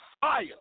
fire